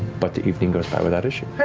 but the evening goes by without issue.